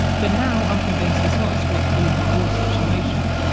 but now i'm convinced it's not a strict either or situation.